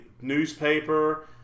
newspaper